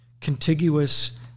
contiguous